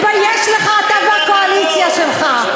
תתבייש לך, אתה והקואליציה שלך.